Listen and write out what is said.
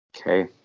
Okay